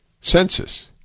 census